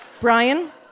Brian